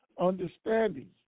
understanding